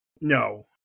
no